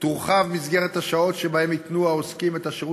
תורחב מסגרת השעות שבהן ייתנו העוסקים את השירות